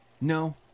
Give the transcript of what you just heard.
No